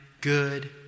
Good